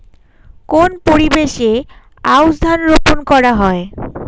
কোন পরিবেশে আউশ ধান রোপন করা হয়?